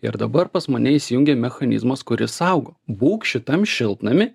ir dabar pas mane įsijungia mechanizmas kuris saugo būk šitam šiltnamy